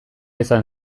izan